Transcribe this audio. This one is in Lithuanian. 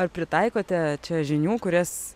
ar pritaikote čia žinių kurias